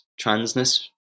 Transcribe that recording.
transness